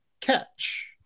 catch